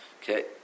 Okay